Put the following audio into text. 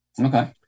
Okay